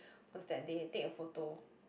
was that they take a photo